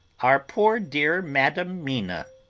our poor, dear madam mina